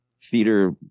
theater